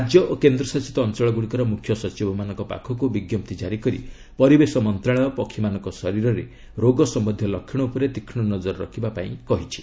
ରାଜ୍ୟ ଓ କେନ୍ଦ୍ରଶାସିତ ଅଞ୍ଚଳଗୁଡ଼ିକର ମୁଖ୍ୟ ସଚିବମାନଙ୍କ ପାଖକୁ ବିଞ୍ଜପ୍ତି ଜାରି କରି ପରିବେଶ ମନ୍ତ୍ରଣାଳୟ ପକ୍ଷୀମାନଙ୍କ ଶରୀରରେ ରୋଗ ସମ୍ଭନ୍ଧୀୟ ଲକ୍ଷଣ ଉପରେ ତୀକ୍ଷଣ ନଜର ରଖିବାକୃ କହିଛି